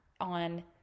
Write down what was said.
on